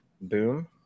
Boom